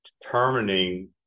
determining